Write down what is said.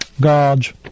God's